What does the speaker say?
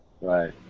Right